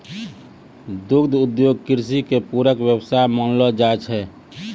दुग्ध उद्योग कृषि के पूरक व्यवसाय मानलो जाय छै